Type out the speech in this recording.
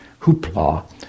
hoopla